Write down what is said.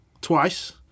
twice